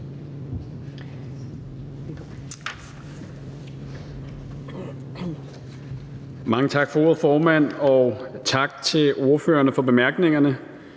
Mange tak for ordet, formand, og tak til ordførerne for bemærkningerne.